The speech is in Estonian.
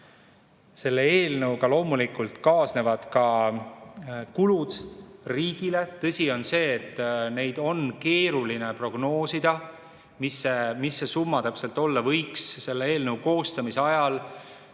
Selle eelnõuga loomulikult kaasnevad ka kulud riigile. Tõsi on see, et on keeruline prognoosida, mis see summa täpselt olla võiks. Selle eelnõu koostamise ajal